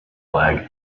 flag